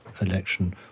election